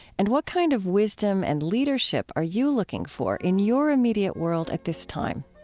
and what kind of wisdom and leadership are you looking for in your immediate world at this time?